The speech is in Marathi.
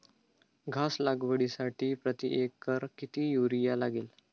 घास लागवडीसाठी प्रति एकर किती युरिया लागेल?